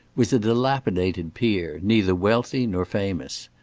was a dilapidated peer, neither wealthy nor famous.